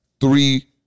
three